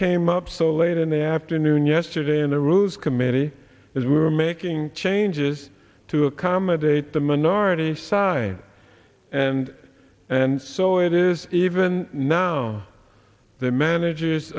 came up so late in the afternoon yesterday in the rules committee is we were making changes to accommodate the minority side and and so it is even now the manager